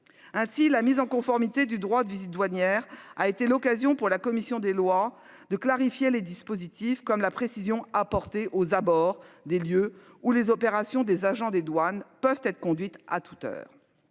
Ainsi la mise en conformité du droit de visite douanière a été l'occasion pour la commission des lois de clarifier les dispositifs comme la précision apportée aux abords des lieux où les opérations des agents des douanes peuvent être conduites à toute heure.